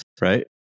right